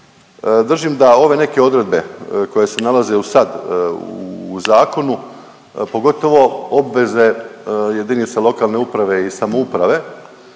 držim da ove neke odredbe koje se nalaze u sad u zakonu, pogotovo obveze jedinice lokalne uprave i samouprave,